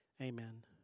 Amen